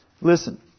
Listen